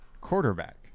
quarterback